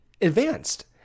advanced